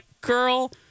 girl